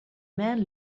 man